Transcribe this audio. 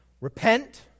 Repent